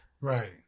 Right